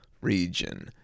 region